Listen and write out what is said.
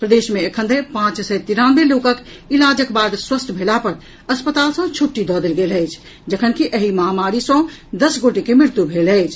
प्रदेश मे एखन धरि पांच सय तिरानवे लोकक इलाजक बाद स्वस्थ भेला पर अस्पताल सँ छुट्टी दऽ देल गेल अछि जखनकि एहि महामारी सँ दस गोटे के मृत्यु भेल अछि